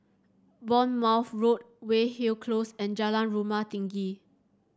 Bournemouth Road Weyhill Close and Jalan Rumah Tinggi